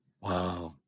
Wow